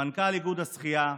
למנכ"ל איגוד השחייה,